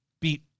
beat